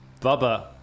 Bubba